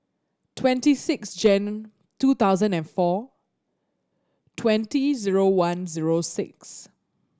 twenty six Jan two thousand and four twenty zero one zero six